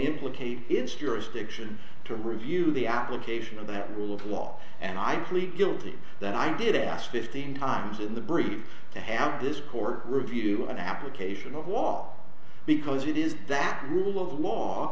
jurisdiction to review the application of that will of law and i plead guilty that i did ask fifteen times in the brief to have this court review an application of was because it is that rule of law